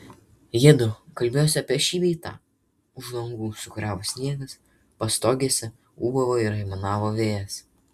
jiedu kalbėjosi apie šį bei tą už langų sūkuriavo sniegas pastogėse ūbavo ir aimanavo vėjas